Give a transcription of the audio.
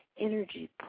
energy